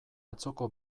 atzoko